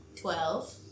Twelve